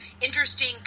interesting